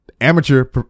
amateur